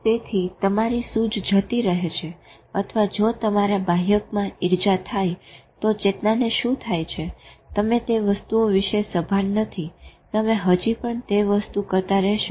તેથી તમારી સૂઝ જતી રહે છે અથવા જો તમારા બાહ્યકમાં ઈર્જા થાય તો ચેતનાને શું થાય છે તમે તે વસ્તુઓ વિષે સભાન નથી તમે હજી પણ તે વસ્તુ કરતા રેહશો